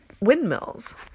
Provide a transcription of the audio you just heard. windmills